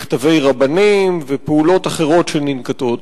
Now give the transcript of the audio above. מכתבי רבנים ופעולות אחרות שננקטות.